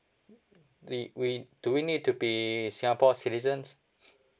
we we do we need to be singapore citizens